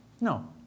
No